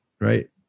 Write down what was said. right